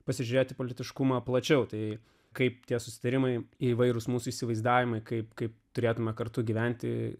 pasižiūrėti politiškumą plačiau tai kaip tie susitarimai įvairūs mūsų įsivaizdavimai kaip kaip turėtumėme kartu gyventi